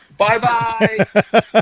Bye-bye